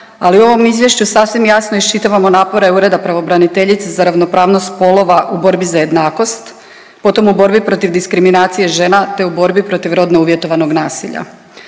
ali u ovom izvješću sasvim jasno iščitavamo napore Ureda pravobraniteljice za ravnopravnost spolova u borbi za jednakost, potom u borbi protiv diskriminacije žena, te u borbi protiv rodno uvjetovanog nasilja.